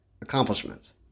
accomplishments